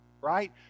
right